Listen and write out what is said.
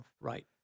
Right